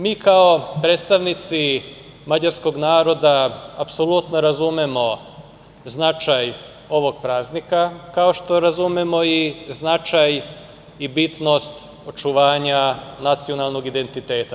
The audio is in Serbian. Mi kao predstavnici mađarskog naroda apsolutno razumemo značaj ovog praznika, kao što razumemo i značaj i bitnost očuvanja nacionalnog identiteta.